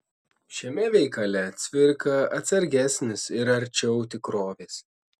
šiame veikale cvirka atsargesnis ir arčiau tikrovės